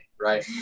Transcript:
Right